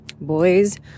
Boys